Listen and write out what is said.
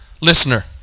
listener